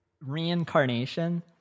reincarnation